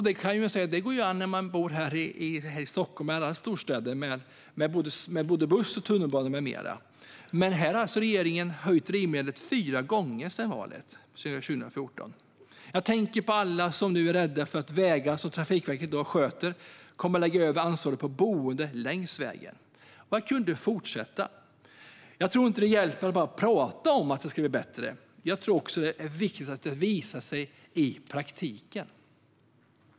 Det går ju an när man bor här i Stockholm eller i andra storstäder, för då kan man åka med både buss och tunnelbana med mera. Men regeringen har höjt skatten på drivmedel fyra gånger sedan valet 2014. Jag tänker på alla som nu är rädda för att ansvaret för vägar, som Trafikverket i dag sköter, kommer att läggas över på boende längs vägen. Jag skulle kunna fortsätta. Jag tror inte att det hjälper att bara prata om att det ska bli bättre, utan jag tror att det är viktigt att det också visar sig i praktiken.